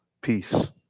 peace